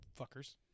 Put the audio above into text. Fuckers